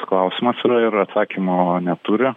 klausimas yra ir atsakymo neturi